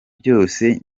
byose